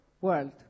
World